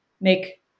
make